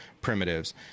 primitives